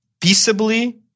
peaceably